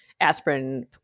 aspirin